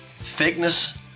Thickness